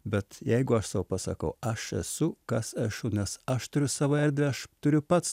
bet jeigu aš sau pasakau aš esu kas aš nes aš turiu savo erdvę aš turiu pats